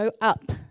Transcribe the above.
up